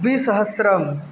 द्विसहस्रम्